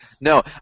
No